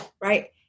right